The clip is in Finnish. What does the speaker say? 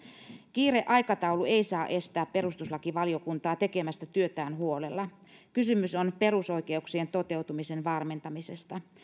kiireaikataulu ei saa estää perustuslakivaliokuntaa tekemästä työtään huolella kysymys on perusoikeuksien toteutumisen varmentamisesta